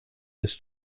use